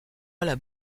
être